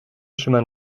chemin